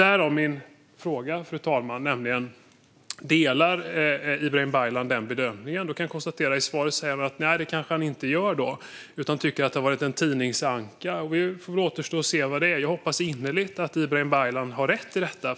Därav min fråga, fru talman: Delar Ibrahim Baylan denna bedömning? Av svaret att döma gör han inte det utan tycker att det är en tidningsanka. Det återstår att se. Jag hoppas dock innerligt att Ibrahim Baylan har rätt i detta.